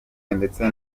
ndetse